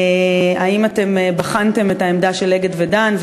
האם אתם בחנתם את העמדה של "אגד" ו"דן",